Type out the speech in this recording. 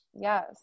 yes